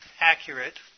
accurate